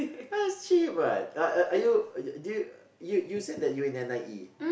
that's cheap what are are are you uh do do you you you said that you in N_I_E